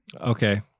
Okay